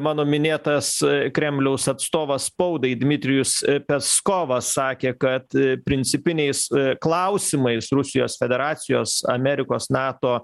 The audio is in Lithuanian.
mano minėtas kremliaus atstovas spaudai dmitrijus peskovas sakė kad principiniais klausimais rusijos federacijos amerikos nato